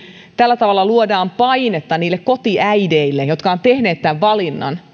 tällä tavalla luodaan painetta niille kotiäideille jotka ovat tehneet tämän valinnan